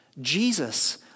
Jesus